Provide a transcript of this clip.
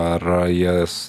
ar jas